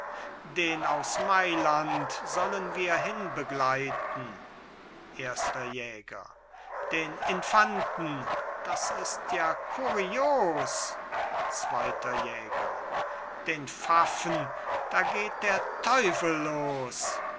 den aus mailand sollen wir hinbegleiten erster jäger den infanten das ist ja kurios zweiter jäger den pfaffen da geht der teufel los